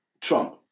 Trump